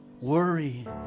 worry